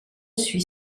suit